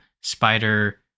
spider